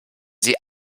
sie